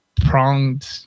pronged